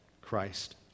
Christ